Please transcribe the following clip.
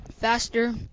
faster